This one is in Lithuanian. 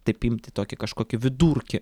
taip imti tokį kažkokį vidurkį